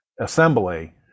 assembly